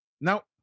Now